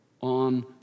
on